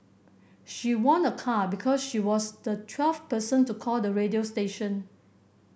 she won a car because she was the twelfth person to call the radio station